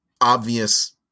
obvious